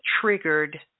triggered